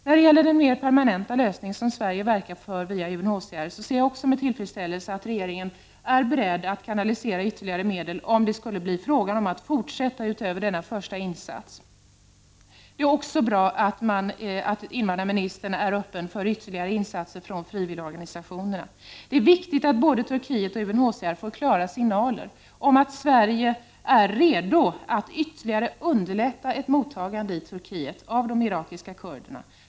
När det gäller den mer permanenta lösningen som Sverige verkar för genom UNHCR ser jag också med tillfredsställelse att regeringen är beredd att kanalisera ytterligare medel, om det skulle bli fråga om en fortsättning efter denna första insats. Det är också bra att invandrarministern är öppen för ytterligare insatser från frivilligorganisationernas sida. Det är viktigt att både Turkiet och UNHCR får tydliga signaler om att Sverige är redo att ytterligare underlätta ett mottagande i Turkiet av de irakiska kurderna.